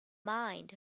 mind